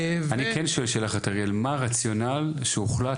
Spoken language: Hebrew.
אני כן שואל שאלה אחת, מה הרציונל שהוחלט.